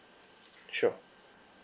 sure